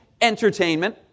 entertainment